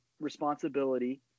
responsibility